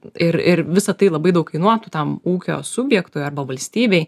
ir ir visa tai labai daug kainuotų tam ūkio subjektui arba valstybei